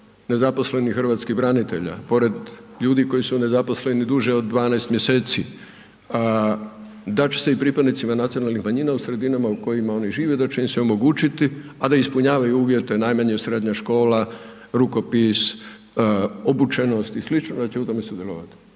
nezaposlenih hrvatskih branitelja, pored ljudi koji su nezaposleni duže od 12 mj., da će se i pripadnicima nacionalnih manjina u sredinama u kojima oni žive, da će im se omogućiti a da ispunjavaju uvjete najmanje srednja škola, rukopis, obučenost i sl., da će u tome sudjelovati.